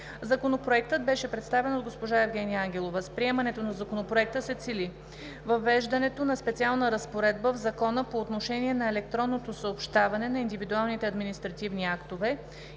Законопроектът беше представен от госпожа Евгения Ангелова. С приемането на Законопроекта се цели: - въвеждането на специална разпоредба в Закона по отношение на електронното съобщаване на индивидуалните административни актове,